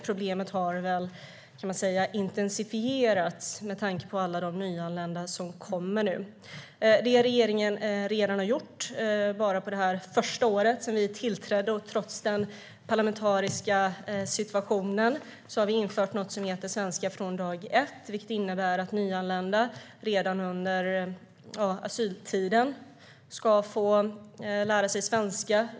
Problemet har intensifierats med anledning av alla de nyanlända som kommer nu. Det regeringen redan har gjort, bara under det första året sedan vi tillträdde och trots den parlamentariska situationen, är att vi har infört något som heter svenska från dag ett, vilket innebär att nyanlända ska få lära sig svenska redan under asyltiden.